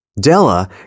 Della